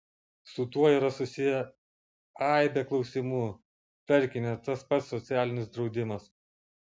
su tuo yra susiję aibė klausimų tarkime tas pats socialinis draudimas